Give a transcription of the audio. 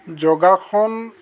যোগাসন